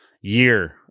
year